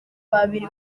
babiri